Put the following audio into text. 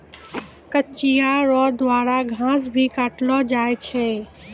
कचिया रो द्वारा घास भी काटलो जाय छै